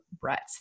Brett